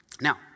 Now